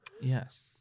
Yes